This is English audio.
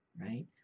right